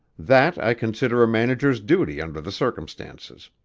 that i consider a manager's duty under the circumstances